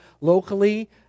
locally